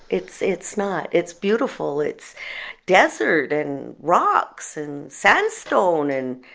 it's it's not. it's beautiful. it's desert and rocks, and sandstone and,